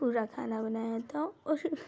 पूरा खाना बनाया था और